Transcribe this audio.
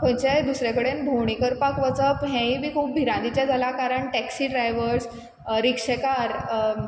खंयच्याय दुसरे कडेन भोंवणी करपाक वचप हेंय बी खूब भिरांतीचें जालां कारण टॅक्सी ड्रायवर्स रिक्षेकार